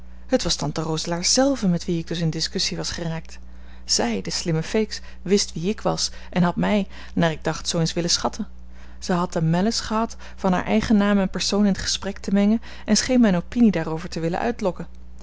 het was tante roselaer zelve met wie ik dus in discussie was geraakt zij de slimme feeks wist wie ik was en had mij naar ik dacht zoo eens willen schatten zij had de malice gehad van haar eigen naam en persoon in t gesprek te mengen en scheen mijn opinie daarover te willen uitlokken